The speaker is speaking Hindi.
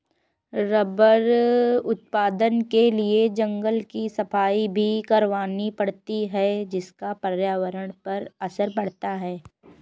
रबर उत्पादन के लिए जंगल की सफाई भी करवानी पड़ती है जिसका पर्यावरण पर असर पड़ता है